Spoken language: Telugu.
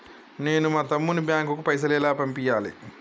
నేను మా తమ్ముని బ్యాంకుకు పైసలు ఎలా పంపియ్యాలి?